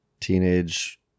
teenage